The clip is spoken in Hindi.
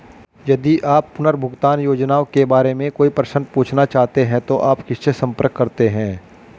यदि आप पुनर्भुगतान योजनाओं के बारे में कोई प्रश्न पूछना चाहते हैं तो आप किससे संपर्क करते हैं?